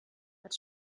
hat